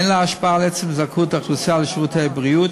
אין לה השפעה על עצם זכאות האוכלוסייה לשירותי בריאות,